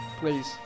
Please